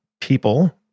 people